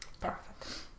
Perfect